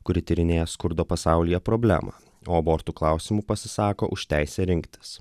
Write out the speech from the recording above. kuri tyrinėja skurdo pasaulyje problemą o abortų klausimu pasisako už teisę rinktis